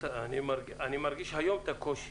אני מרגיש היום את הקושי.